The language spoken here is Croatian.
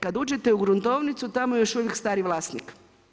Kad uđete u gruntovnicu, tamo je još uvijek stari vlasnik.